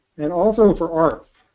and also for arf,